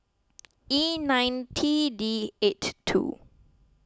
E nine T D eight two